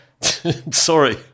sorry